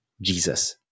Jesus